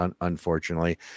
unfortunately